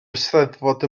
eisteddfod